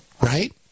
right